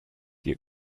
you